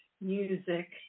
music